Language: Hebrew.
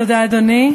תודה, אדוני.